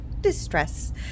distress